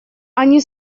они